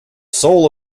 sole